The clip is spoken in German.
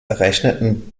errechneten